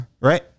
right